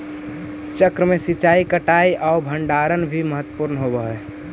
चक्र में सिंचाई, कटाई आउ भण्डारण भी महत्त्वपूर्ण होवऽ हइ